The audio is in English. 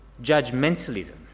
judgmentalism